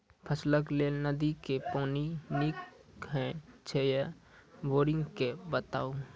फसलक लेल नदी के पानि नीक हे छै या बोरिंग के बताऊ?